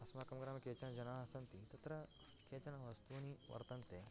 अस्माकं ग्रामे केचन जनाः सन्ति तत्र केचन वस्तूनि वर्तन्ते